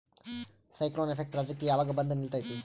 Cyclone effect ರಾಜ್ಯಕ್ಕೆ ಯಾವಾಗ ಬಂದ ನಿಲ್ಲತೈತಿ?